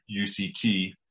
UCT